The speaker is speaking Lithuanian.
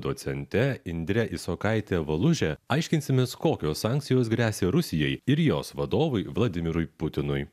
docente indre isokaite valuže aiškinsimės kokios sankcijos gresia rusijai ir jos vadovui vladimirui putinui